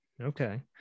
okay